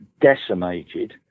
decimated